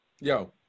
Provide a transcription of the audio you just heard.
Yo